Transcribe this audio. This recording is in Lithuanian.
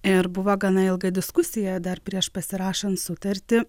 ir buvo gana ilga diskusija dar prieš pasirašant sutartį